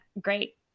great